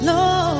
Lord